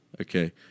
Okay